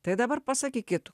tai dabar pasakykit